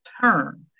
term